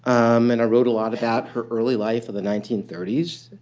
um and i wrote a lot about her early life of the nineteen thirty s.